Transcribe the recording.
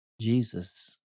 Jesus